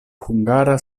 hungara